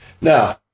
now